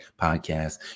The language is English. podcast